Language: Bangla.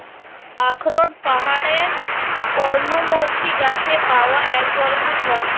আখরোট পাহাড়ের পর্ণমোচী গাছে পাওয়া এক ধরনের ফল